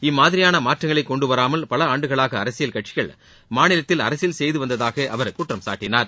இம்மாதிரியான மாற்றங்களை கொண்டுவராமல் பல ஆண்டுகளாக அரசியல் கட்சிகள் மாநிலத்தில் அரசியல் செய்து வந்ததாக அவர் குற்றம் சாட்டினார்